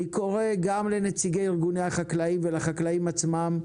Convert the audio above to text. אני קורא גם לנציגי ארגוני החקלאים ולחקלאים עצמם,